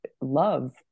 love